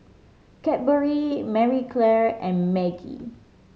Cadbury Marie Claire and Maggi